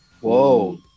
Whoa